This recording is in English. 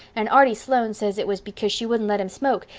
and arty sloane says it was because she wouldn't let him smoke,